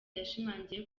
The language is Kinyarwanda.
yashimangiye